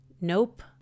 Nope